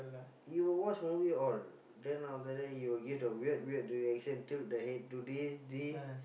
he will watch movie all then after that he will give the weird weird reaction tilt the head do this this